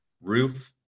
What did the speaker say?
roof